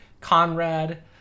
conrad